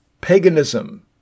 paganism